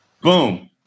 Boom